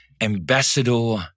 ambassador